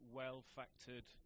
well-factored